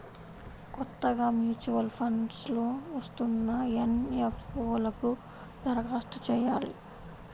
కొత్తగా mutual funds లో వస్తున్న ఎన్.ఎఫ్.ఓ లకు దరఖాస్తు చెయ్యాలి